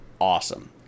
awesome